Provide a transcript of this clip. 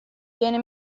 viene